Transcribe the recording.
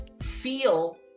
feel